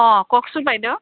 অঁ কওকচোন বাইদেউ